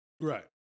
Right